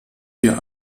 dir